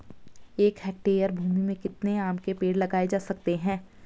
एक हेक्टेयर भूमि में कितने आम के पेड़ लगाए जा सकते हैं?